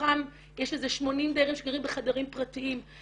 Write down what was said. מתוכם יש איזה 80 דיירים שגרים בחדרים פרטיים.